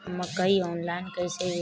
मकई आनलाइन कइसे बेची?